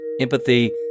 empathy